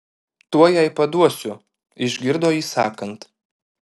tuoj jai paduosiu išgirdo jį sakant